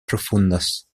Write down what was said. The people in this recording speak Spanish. profundas